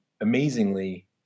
amazingly